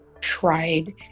tried